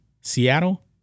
Seattle